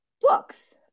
books